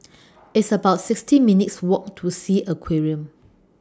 It's about sixty minutes' Walk to Sea Aquarium